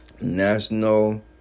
National